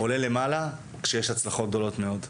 עולה למעלה כשיש הצלחות גדולות מאוד.